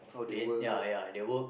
they ya ya they will